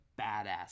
badass